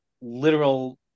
literal